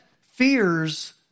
fears